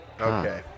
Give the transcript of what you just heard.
okay